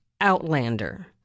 Outlander